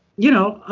you know,